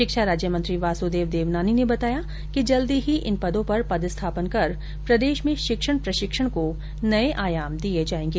शिक्षा राज्य मंत्री वासुदेव देवनानी ने बताया कि जल्दी ही इन पदों पर पदस्थापन कर प्रदेश में शिक्षण प्रशिक्षण को नये आयाम दिये जाएंगे